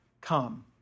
come